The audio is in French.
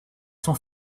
sont